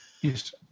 Yes